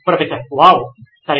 professor wow సరే